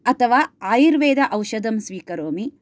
अथवा आयुर्वेद औषधं स्वीकरोमि